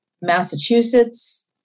Massachusetts